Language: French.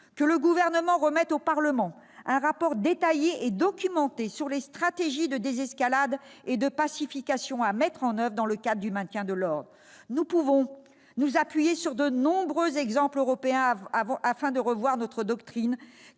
que le Gouvernement remette au Parlement un rapport détaillé et documenté sur les stratégies de désescalade et de pacification à mettre en oeuvre dans le cadre du maintien de l'ordre. Nous pouvons nous appuyer sur de nombreux exemples européens pour revoir notre doctrine